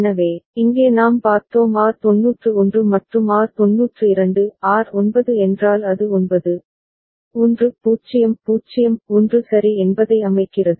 எனவே இங்கே நாம் பார்த்தோம் R91 மற்றும் R92 R9 என்றால் அது 9 1 0 0 1 சரி என்பதை அமைக்கிறது